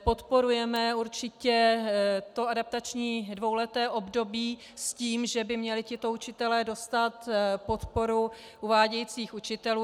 Podporujeme určitě to adaptační dvouleté období s tím, že by tito učitelé měli dostat podporu uvádějících učitelů.